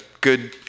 good